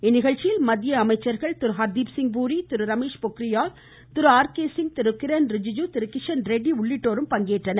இந்நிகழ்ச்சியில் மத்திய அமைச்சர்கள் திரு ஹர்தீப்சிங் பூரி திரு ரமேஷ் பொக்ரியால் திரு ஆர் கே சிங் திரு கிரண் ரிஜுஜு திரு கிஷன்ரெட்டி உள்ளிட்டோரும் கலந்துகொண்டனர்